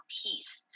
peace